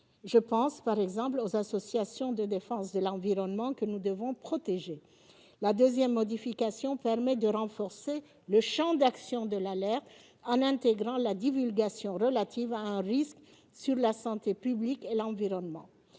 Je pense par exemple aux associations de défense de l'environnement, que nous devons protéger. La seconde permettrait de renforcer le champ d'action de l'alerte en intégrant la divulgation relative à un risque sur la santé publique et l'environnement.